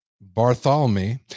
Bartholomew